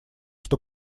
что